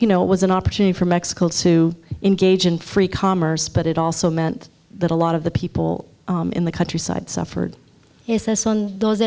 you know it was an opportunity for mexico to engage in free commerce but it also meant that a lot of the people in the countryside suffered is this one those